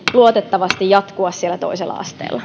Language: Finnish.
luotettavasti jatkua siellä toisella asteella